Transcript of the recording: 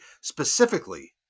specifically